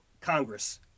Congress